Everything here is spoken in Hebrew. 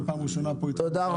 זאת הפעם הראשונה שלי פה איתך.